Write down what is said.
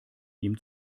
ihm